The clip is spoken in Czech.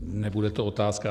Nebude to otázka.